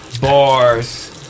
Bars